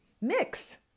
mix